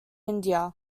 india